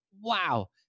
Wow